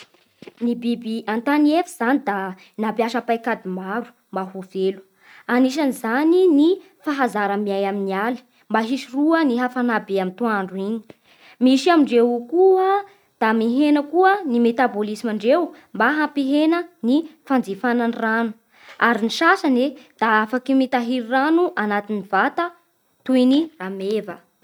Ny biby an-tany efy zany da nampiasa paikady maro mba ho velo. Anisan'izany ny fahazara miay amignaly mba hisoroha ny hafanà be atoandro igny. Misy amindreo koa da mihena koa ny metabôlismandreo mba hampihena ny fanjifana ny rano. Ary ny sasany e da afaky mitahiry rano agnatin'ny vata toy ny ameva.